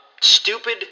stupid